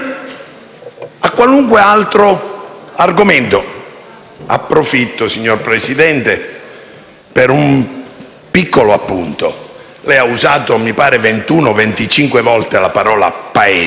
a qualunque altro argomento. Approfitto, signor Presidente, per un piccolo appunto. Lei ha usato mi pare 21, 25 volte la parola «Paese»,